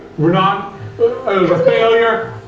we're not we're a failure.